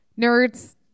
nerds